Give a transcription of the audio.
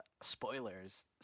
spoilers